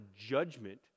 judgment